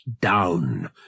down